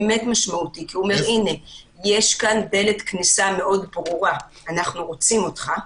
משמעותי כי הוא אומר שיש כאן דלת כניסה מאוד ברורה ואנחנו רוצים אותך.